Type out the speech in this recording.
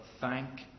thank